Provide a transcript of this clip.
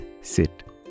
sit